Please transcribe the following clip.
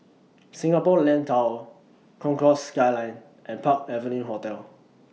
Singapore Land Tower Concourse Skyline and Park Avenue Hotel